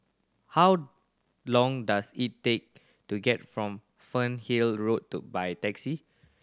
how long does it take to get from Fernhill Road to by taxi